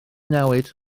newid